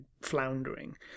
floundering